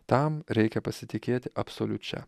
tam reikia pasitikėti absoliučia